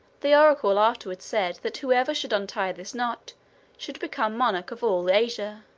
the oracle afterward said that whoever should untie this knot should become monarch of all asia.